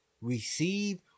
receive